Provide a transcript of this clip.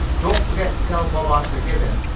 don't forget to tell bob i forgive him.